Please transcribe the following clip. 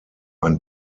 ein